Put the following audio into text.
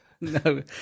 no